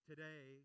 Today